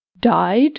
Died